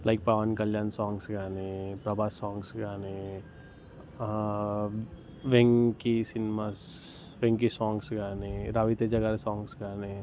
like Pawan Kalyan songs కానీ Prabhas songs కానీ Venky cinemas Venky songs కానీ రవితేజ గారి సాంగ్స్ కానీ